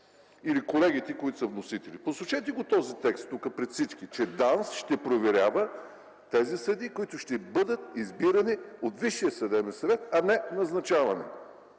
или колегите, които са вносители. Посочете го този текст тук, пред всички, че ДАНС ще проверява тези съдии, които ще бъдат избирани от Висшия съдебен съвет, а не назначавани.